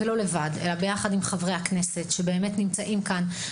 ולא לבד, אלא יחד עם חברי הכנסת שנמצאים כאן.